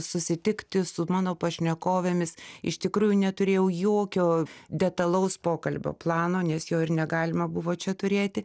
susitikti su mano pašnekovėmis iš tikrųjų neturėjau jokio detalaus pokalbio plano nes jo ir negalima buvo čia turėti